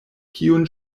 kiun